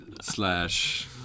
slash